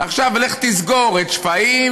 עכשיו לך תסגור את שפיים,